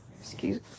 excuse